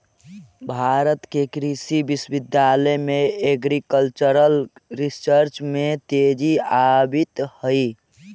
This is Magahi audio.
भारत के कृषि विश्वविद्यालय में एग्रीकल्चरल रिसर्च में तेजी आवित हइ